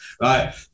right